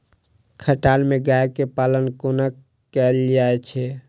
खटाल मे गाय केँ पालन कोना कैल जाय छै?